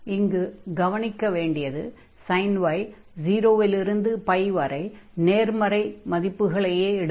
இங்கு கவனிக்க வேண்டியது sin y 0 இல் இருந்து வரை நேர்மறை மதிப்புகளையே எடுக்கும்